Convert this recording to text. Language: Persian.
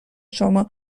شما